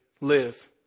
live